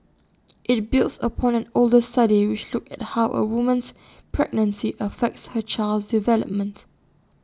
IT builds upon an older study which looked at how A woman's pregnancy affects her child's development